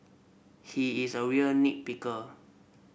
he is a real nit picker